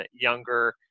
younger